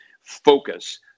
focus